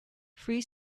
free